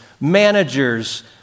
managers